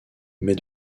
mais